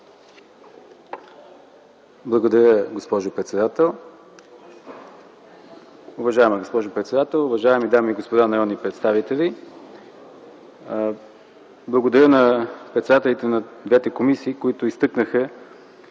Благодаря, госпожо председател. Уважаема госпожо председател, уважаеми дами и господа народни представители! Благодаря на председателите на двете комисии, които изтъкнаха